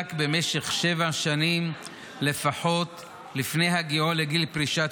ומועסק במשך שבע שנים לפחות לפני הגיעו לגיל פרישת